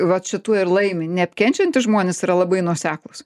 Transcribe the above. vat šituo ir laimi neapkenčiantys žmonės yra labai nuoseklūs